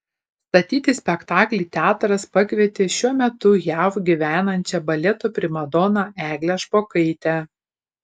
statyti spektaklį teatras pakvietė šiuo metu jav gyvenančią baleto primadoną eglę špokaitę